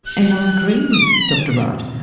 and i agree with dr wright,